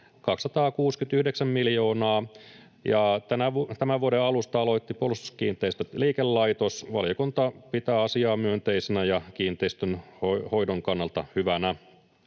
269 miljoonaa. Tämän vuoden alusta aloitti Puolustuskiinteistöt-liikelaitos. Valiokunta pitää asiaa myönteisenä ja kiinteistönhoidon kannalta hyvänä.